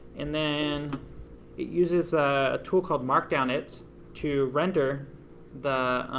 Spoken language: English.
and then it uses a tool called markdownit to render the